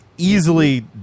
easily